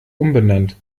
umbenannt